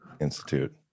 Institute